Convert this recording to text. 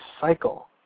cycle